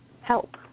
help